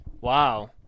Wow